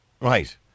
Right